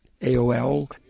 AOL